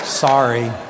sorry